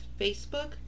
Facebook